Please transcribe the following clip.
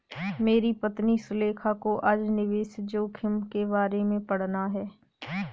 मेरी पत्नी सुलेखा को आज निवेश जोखिम के बारे में पढ़ना है